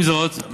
עם זאת,